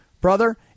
brother